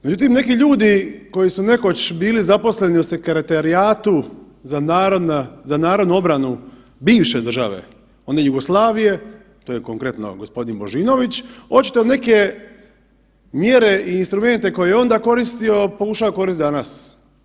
Međutim, neki ljudi koji su nekoć bili zaposleni u Sekretarijatu za narodnu obranu bivše države, one Jugoslavije, to je konkretno g. Božinović, očito neke mjere i instrumente koje je onda koristio, pokušava koristiti danas.